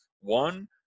One